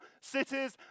cities